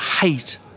hate